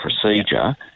procedure